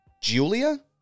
Julia